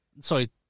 sorry